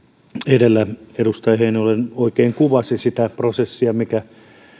edellä edustaja heinonen oikein kuvasi sitä prosessia mikä